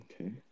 Okay